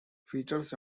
features